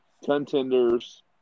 Contenders